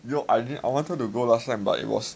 you know I I wanted to go last night but it was